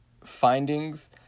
findings